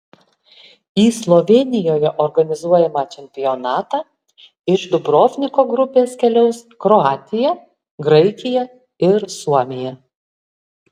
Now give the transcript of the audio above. į slovėnijoje organizuojamą čempionatą iš dubrovniko grupės keliaus kroatija graikija ir suomija